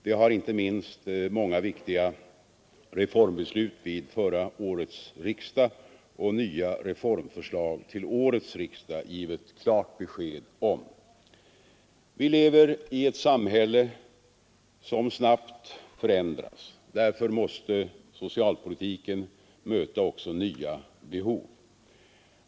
Det har inte minst många viktiga reformbeslut vid förra årets riksdag och nya reformförslag till årets riksdag givit klart besked om. Vi lever i ett samhälle som snabbt förändras. Därför måste socialpolitiken möta också nya behov.